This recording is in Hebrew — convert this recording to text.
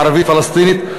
הערבית-פלסטינית,